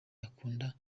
akunda